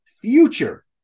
future